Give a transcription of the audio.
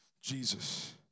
Jesus